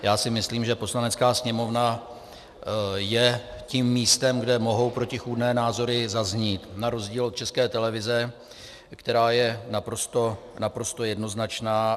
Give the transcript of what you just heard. Já si myslím, že Poslanecká sněmovna je tím místem, kde mohou protichůdné názory zaznít, na rozdíl od České televize, která je naprosto jednoznačná.